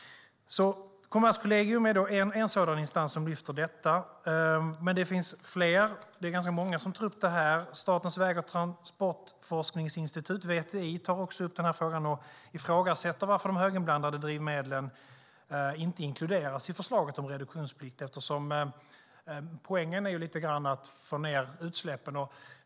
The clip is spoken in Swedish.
Kommerskollegium är en instans som lyfter fram detta. Men det finns fler. Det är ganska många som tar upp det. Statens väg och transportforskningsinstitut, VTI, tar också upp frågan och ifrågasätter varför de höginblandade drivmedlen inte inkluderas i förslaget om reduktionsplikt eftersom poängen lite grann är att få ned utsläppen.